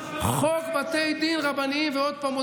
חוק בתי דין רבניים ועוד פעם,